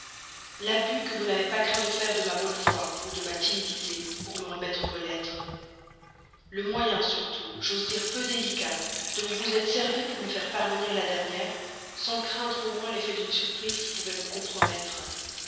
l'abus que vous n'avez pas craint de faire de ma bonne foi ou de ma timidité pour me remettre vos lettres le moyen surtout j'ose dire peu délicat dont vous vous êtes servi pour me faire parvenir la dernière sans craindre au moins l'effet d'une surprise qui pouvait me compromettre